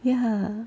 ya